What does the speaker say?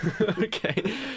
Okay